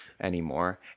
anymore